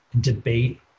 debate